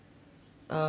err